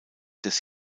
des